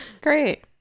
Great